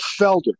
Felder